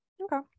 Okay